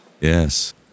Yes